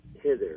hither